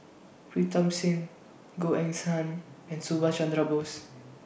Pritam Singh Goh Eng's Han and Subhas Chandra Bose